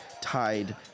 tied